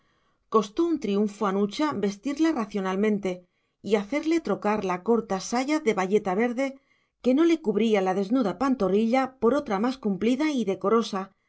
costó un triunfo a nucha vestirla racionalmente y hacerle trocar la corta saya de bayeta verde que no le cubría la desnuda pantorrilla por otra más cumplida y decorosa